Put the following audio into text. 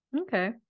okay